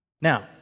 Now